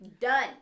Done